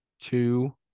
two